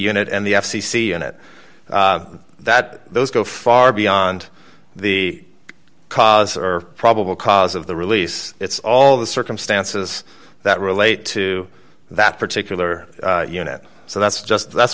unit and the f c c and it that those go far beyond the cause or probable cause of the release it's all the circumstances that relate to that particular unit so that's just that's